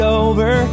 over